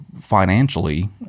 financially